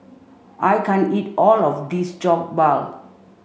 I can't eat all of this Jokbal